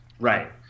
Right